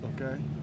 Okay